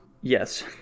Yes